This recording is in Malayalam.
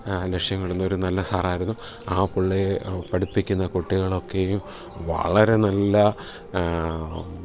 ലക്ഷ്യങ്ങളുള്ള ഒരു നല്ല സാറായിരുന്നു ആ പുള്ളി പഠിപ്പിക്കുന്ന കുട്ടികളൊക്കെയും വളരെ നല്ല